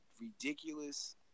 ridiculous